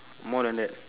more than that